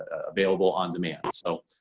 available on-demand. so,